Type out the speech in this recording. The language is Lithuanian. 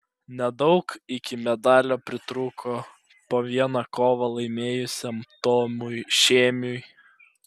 nedaug iki medalio pritrūko po vieną kovą laimėjusiam tomui šėmiui